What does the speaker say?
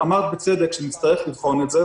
אמרת בצדק שנצטרך לבחון את זה.